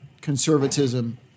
conservatism